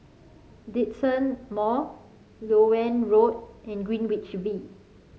Djitsun Mall Loewen Road and Greenwich V